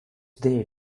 there